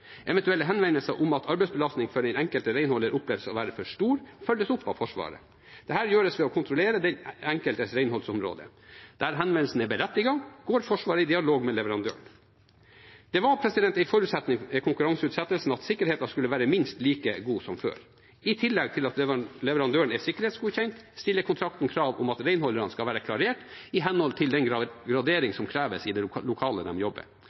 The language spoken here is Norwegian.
Eventuelle henvendelser om at arbeidsbelastningen for den enkelte renholder oppleves å være for stor, følges opp av Forsvaret. Dette gjøres ved å kontrollere den enkeltes renholdsområder. Der henvendelsen er berettiget, går Forsvaret i dialog med leverandøren. Det var en forutsetning i konkurranseutsettelsen at sikkerheten skulle være minst like god som før. I tillegg til at leverandøren er sikkerhetsgodkjent, stiller kontrakten krav om at renholderne skal være klarert i henhold til den graderingen som kreves i de lokalene de jobber